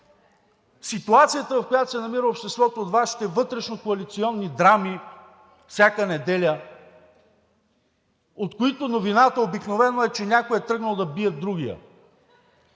ситуацията, в която се намира обществото, от Вашите вътрешнокоалиционни драми всяка неделя, от които новината обикновено е, че някой е тръгнал да бие другия.